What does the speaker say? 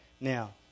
Now